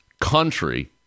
country